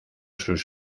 sus